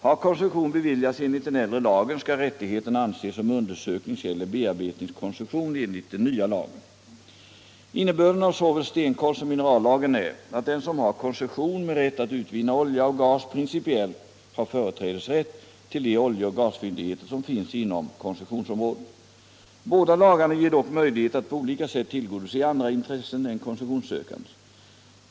Har koncession beviljats enligt den äldre lagen skall rättigheten anses som undersökningseller bearbetningskoncession enligt den nya lagen. Innebörden av såväl stenkolssom minerallagen är att den som har koncession med rätt att utvinna olja och gas principiellt har företrädesrätt till de oljeoch gasfyndigheter som finns inom koncessionsområdet. Båda lagarna ger dock möjligheter att på olika sätt tillgodose andra intressen än koncessionssökandens.